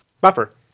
Buffer